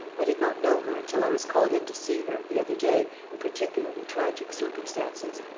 i did not know her until i was called in to see her, the other day, in particularly tragic circumstances.